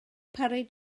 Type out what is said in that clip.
parry